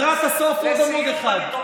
לקראת הסוף, עוד עמוד אחד.